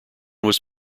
was